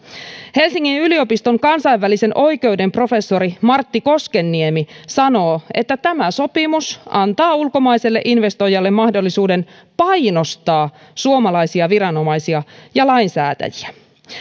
helsingin yliopiston kansainvälisen oikeuden professori martti koskenniemi sanoo että tämä sopimus antaa ulkomaiselle investoijalle mahdollisuuden painostaa suomalaisia viranomaisia ja lainsäätäjiä